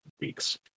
weeks